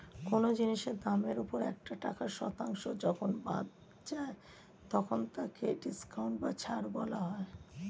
কোন জিনিসের দামের ওপর একটা টাকার শতাংশ যখন বাদ যায় তখন তাকে ডিসকাউন্ট বা ছাড় বলা হয়